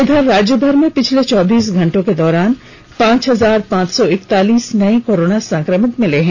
इधर राज्यभर में पिछले चौबीस घंटे के दौरान पांच हजार पांच सौ इकतालीस नए कोरोना संक्रमित मिले हैं